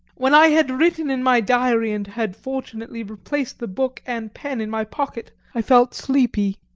when i had written in my diary and had fortunately replaced the book and pen in my pocket i felt sleepy.